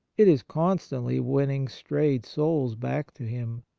it is constantly winning strayed souls back to him,